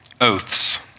oaths